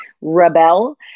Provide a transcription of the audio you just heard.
Rebel